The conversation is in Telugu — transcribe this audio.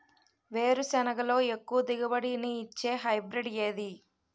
వేరుసెనగ లో ఎక్కువ దిగుబడి నీ ఇచ్చే హైబ్రిడ్ ఏది?